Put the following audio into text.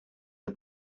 are